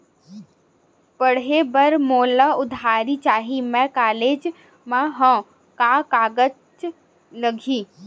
पढ़े बर मोला उधारी चाही मैं कॉलेज मा हव, का कागज लगही?